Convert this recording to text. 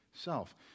self